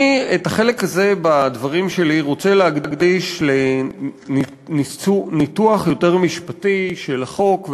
אני את החלק הזה בדברים שלי רוצה להקדיש לניתוח יותר משפטי של החוק,